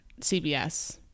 cbs